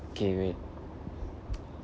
okay wait